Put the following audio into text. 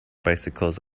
bicycles